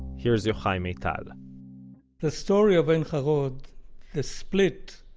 here's yochai maital the story of ein-harod, the split,